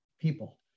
people